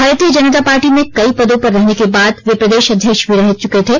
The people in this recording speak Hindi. भारतीय जनता पार्टी में कई पदों पर रहने के बाद वे प्रदेश अध्यक्ष भी रहे चुके थे